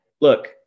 look